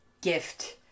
gift